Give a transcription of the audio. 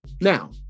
Now